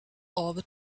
over